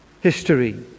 history